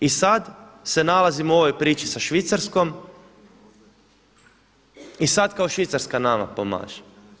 I sad se nalazimo u ovoj priči sa Švicarskom i sad kao Švicarska nama pomaže.